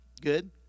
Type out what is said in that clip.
Good